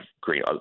green